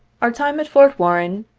our time at fort warren,